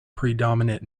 predominant